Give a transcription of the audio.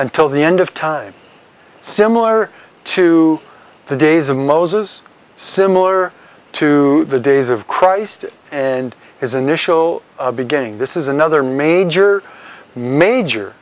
until the end of time similar to the days of moses similar to the days of christ and his initial beginning this is another major major